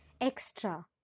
Extra